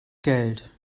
geld